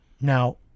Now